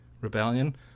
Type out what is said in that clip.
Rebellion